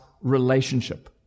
relationship